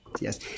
Yes